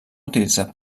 utilitzar